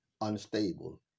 unstable